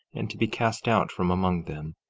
and to be cast out from among them,